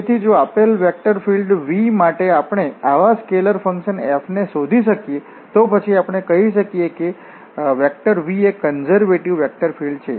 તેથી જો આપેલ વેક્ટર ફીલ્ડ V માટે આપણે આવા સ્કેલેર ફંક્શન f શોધી શકીએ તો પછી આપણે કહીએ છીએ કે V એ કન્ઝર્વેટિવ વેક્ટર ફીલ્ડ્ છે